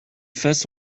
faces